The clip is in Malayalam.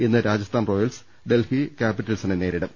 ഇന്ന് രാജസ്ഥാൻ റോയൽസ് ഡൽഹി കാപ്പിറ്റൽസിനെ നേരിടും